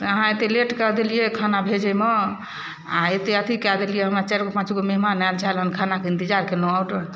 से अहाँ एते लेट कऽ देलियै खाना भेजैमे आ एते अथी कए देलियै हमरा चारिगो पाँचगो मेहमान आयल छल हम खानाके ईन्तजार केलहुॅं आर्डर